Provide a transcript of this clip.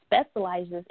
specializes